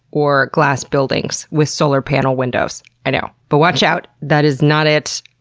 or glass buildings with solar panel windows. i know but watch out. that is not it,